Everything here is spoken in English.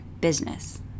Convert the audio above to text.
business